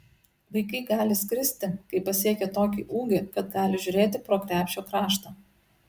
vaikai gali skristi kai pasiekia tokį ūgį kad gali žiūrėti pro krepšio kraštą